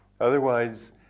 Otherwise